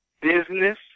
Business